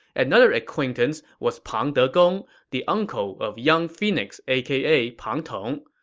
another acquaintance was pang degong, the uncle of young phoenix, aka pang tong.